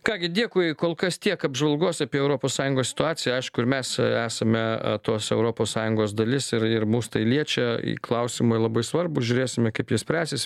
ką gi dėkui kol kas tiek apžvalgos apie europos sąjungos situaciją aišku ir mes esame tos europos sąjungos dalis ir ir mus tai liečia klausimai labai svarbūs žiūrėsime kaip jie spręsis